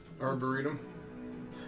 Arboretum